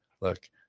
look